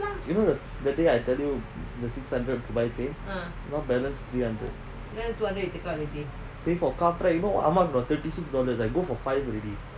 you know that day I tell you the six hundred now balanced three hundred pay for car you know ah mah got thirty six dollars I go for five already